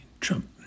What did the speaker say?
Trump